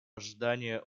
ожидания